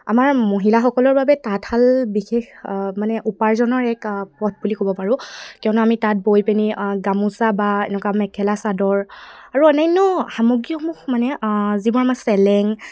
আমাৰ মহিলাসকলৰ বাবে তাঁতশাল বিশেষ মানে উপাৰ্জনৰ এক পথ বুলি ক'ব পাৰোঁ কিয়নো আমি তাত বৈ পিনি গামোচা বা এনেকুৱা মেখেলা চাদৰ আৰু অন্যান্য সামগ্ৰীসমূহ মানে যিবোৰ আমাৰ চেলেং